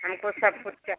हमको सब कुछ चाह